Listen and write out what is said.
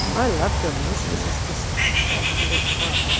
and i love doing this, this is just absolute fun.